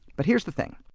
but here's the thing,